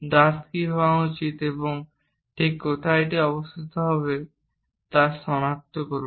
দাঁত কি হওয়া উচিত এবং ঠিক কোথায় এটি অবস্থিত হবে তা সনাক্ত করুন